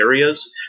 areas